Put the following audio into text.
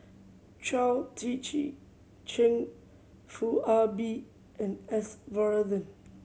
Chao Tzee Cheng Foo Ah Bee and S Varathan